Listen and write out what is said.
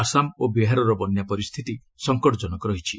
ଆସାମ ଓ ବିହାରର ବନ୍ୟା ପରିସ୍ଥିତି ସଂକଟଜନକ ରହିଛି